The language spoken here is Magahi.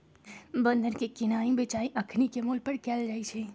बन्धन के किनाइ बेचाई अखनीके मोल पर कएल जाइ छइ